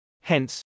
Hence